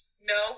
no